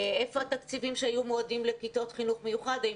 היכן התקציבים שהיו מיועדים לכיתות חינוך מיוחד והאם